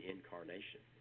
Incarnation